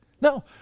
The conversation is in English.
No